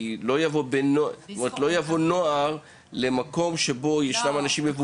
כי נוער לא יבוא למקום בו יש אנשים מבוגרים.